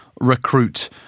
recruit